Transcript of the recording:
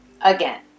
Again